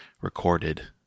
recorded